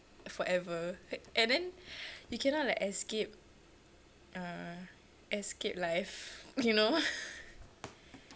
forever and then you cannot like escape uh escape life you know